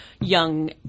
young